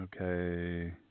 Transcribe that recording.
Okay